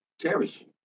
cherish